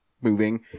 moving